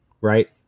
right